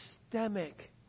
systemic